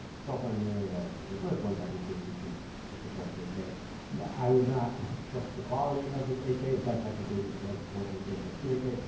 cell phone here that was the first one technically to shoot or support eight k. now i would not trust the quality of this eight k but technically it does support eight k, it does shoot eight k.